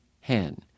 hen